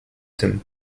tym